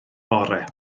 bore